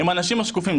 הם האנשים השקופים,